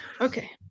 Okay